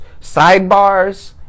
sidebars